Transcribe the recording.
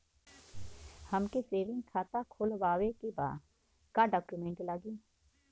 हमके सेविंग खाता खोलवावे के बा का डॉक्यूमेंट लागी?